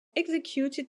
executed